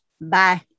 Bye